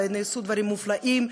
ונעשו דברים מופלאים,